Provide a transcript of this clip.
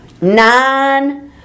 nine